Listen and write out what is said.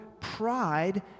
pride